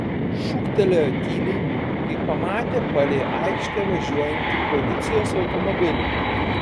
šūktelėjo tyliai kai pamatė palei aikštę važiuojantį policijos automobilį